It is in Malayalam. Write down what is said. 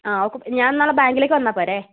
ആ ഞാൻ നാളെ ബാങ്കിലേക്ക് വന്നാൽപോരെ